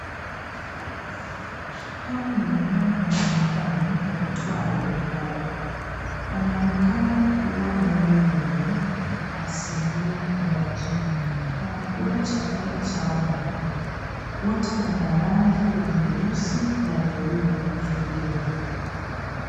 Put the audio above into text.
Hawa ni wanyama wa nyumbani waitwaye ng'ombe. Wanaonekana kuwa ng'ombe wenye asilia moja. Wanakula chakula chao maalum. Wote wanarangi ya nyeusi na nyeupe mwilini.